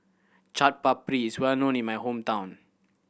Chaat Papri is well known in my hometown